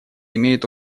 имеют